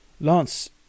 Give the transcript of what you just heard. Lance